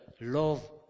love